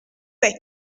vais